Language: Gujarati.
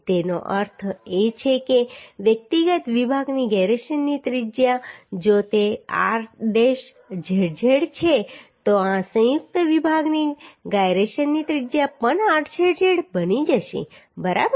તેનો અર્થ એ છે કે વ્યક્તિગત વિભાગની ગિરેશનની ત્રિજ્યા જો તે r ડેશ zz છે તો આ સંયુક્ત વિભાગની gyrationની ત્રિજ્યા પણ rzz બની જશે બરાબર